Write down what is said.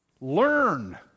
Learn